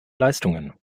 leistungen